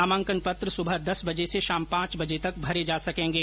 नामांकन पत्र सुबह दस बजे से शाम पांच बजे तक भरे जा सकेंगे